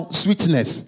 sweetness